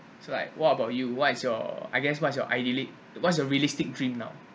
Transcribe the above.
so like what about you what's your I guess what's your idyllic what's your realistic dream now